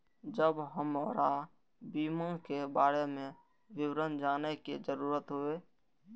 जब हमरा बीमा के बारे में विवरण जाने के जरूरत हुए?